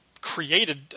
created